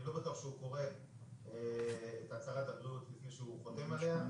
אני לא בטוח שהוא קורא את הצהרת הבריאות לפני שהוא חותם עליה.